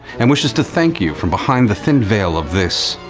and wishes to thank you from behind the thin veil of this.